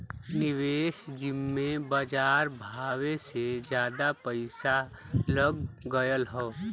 निवेस जिम्मे बजार भावो से जादा पइसा लग गएल हौ